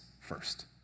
first